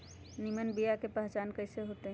निमन बीया के पहचान कईसे होतई?